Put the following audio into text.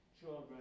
children